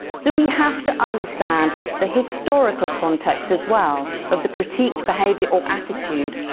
so we have to understand the historical context as well of the critiqued behaviour or attitude,